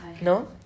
No